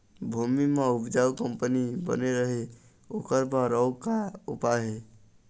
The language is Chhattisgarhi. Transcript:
भूमि म उपजाऊ कंपनी बने रहे ओकर बर अउ का का उपाय हे?